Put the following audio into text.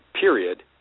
period